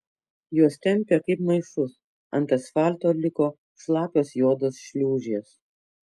juos tempė kaip maišus ant asfalto liko šlapios juodos šliūžės